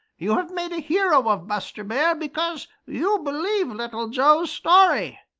you have made a hero of buster bear, because you believe little joe's story.